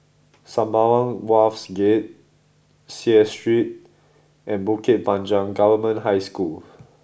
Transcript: Sembawang Wharves Gate Seah Street and Bukit Panjang Government High School